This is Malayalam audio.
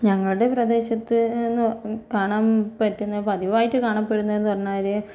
ഞങ്ങളുടെ പ്രദേശത്തെന്നു കാണാൻ പറ്റുന്ന പതിവായിട്ട് കാണപ്പെടുന്നതെന്നു പറഞ്ഞാൽ